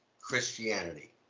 christianity